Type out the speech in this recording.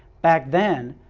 back then,